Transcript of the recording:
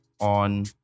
on